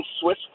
Swiss